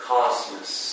Cosmos